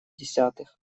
десятых